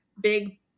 big